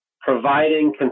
providing